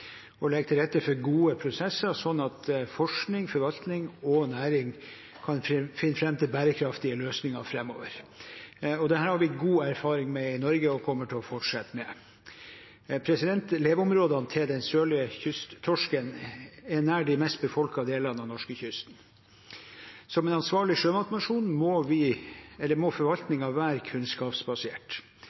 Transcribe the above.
å holde en tett dialog med næringen og legge til rette for gode prosesser sånn at forskning, forvaltning og næring kan finne fram til bærekraftige løsninger framover. Dette har vi gode erfaringer med i Norge og kommer til å fortsette med. Leveområdene til den sørlige kysttorsken er nær de mest befolkede delene av norskekysten. Som en ansvarlig sjømatnasjon må forvaltningen være kunnskapsbasert.